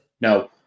no